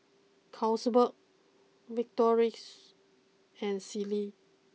Carlsberg Victorinox and Sealy